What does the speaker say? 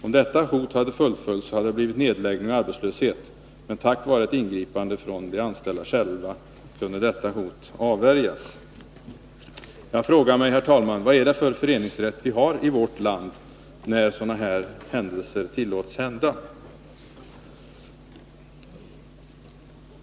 Om detta hot hade fullföljts hade följden blivit nedläggning och arbetslöshet, men tack vare ett ingripande från de anställda själva kunde detta hot avvärjas. Jag frågar mig, herr talman, vad det är för föreningsrätt vi har i vårt land, när sådana här händelser tillåts.